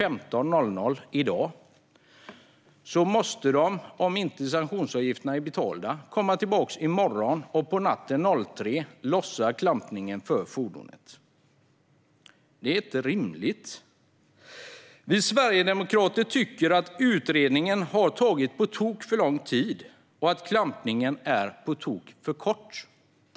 15.00 måste de komma tillbaka natten därpå kl. 03.00 och lossa klampningen för ett fordon vars sanktionsavgift inte är betald. Det är inte rimligt. Sverigedemokraterna tycker att utredningen har tagit på tok för lång tid och att klampningstiden är på tok för kort.